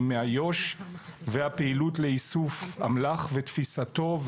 מאיו״ש והפעילות לאיסוף אמל״ח ותפיסתו,